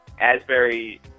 Asbury